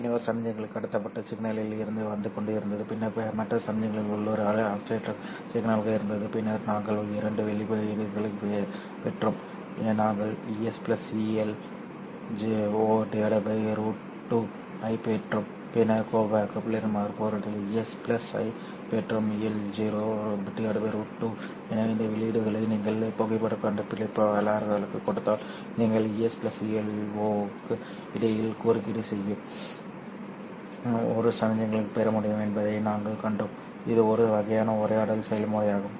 எனவே ஒரு சமிக்ஞையில் கடத்தப்பட்ட சிக்னலில் இருந்து வந்து கொண்டிருந்தது பின்னர் மற்ற சமிக்ஞை உள்ளூர் ஆஸிலேட்டர் சிக்னலாக இருந்தது பின்னர் நாங்கள் இரண்டு வெளியீடுகளைப் பெற்றோம் நாங்கள் ES ELO √2 ஐப் பெற்றோம் பின்னர் கோப்பரின் மறுபுறத்தில் ES ஐப் பெற்றோம் ELO √2 எனவே இந்த வெளியீடுகளை நீங்கள் புகைப்படக் கண்டுபிடிப்பாளர்களுக்குக் கொடுத்தால் நீங்கள் ES ELO க்கு இடையில் குறுக்கீடு செய்யும் ஒரு சமிக்ஞையைப் பெற முடியும் என்பதை நாங்கள் கண்டோம் இது ஒரு வகையான உரையாடல் செயல்முறையாகும்